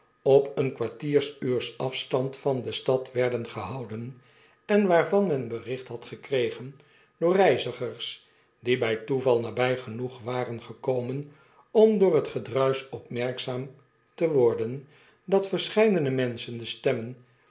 op een kwartieruurs afstand van de stad werden gehouden en waarvan men bericht had gekregen door reizigers die by toeval naby genoeg waren gekomen om door het gedruisch opmerkzaam te worden dat verscheidene menschen de stemmen